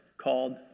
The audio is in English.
called